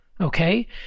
Okay